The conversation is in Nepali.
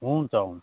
हुन्छ हुन्छ